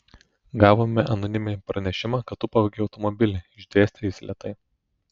gavome anoniminį pranešimą kad tu pavogei automobilį išdėstė jis lėtai